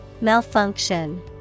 Malfunction